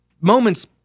moments